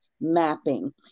Mapping